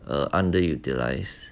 under utilised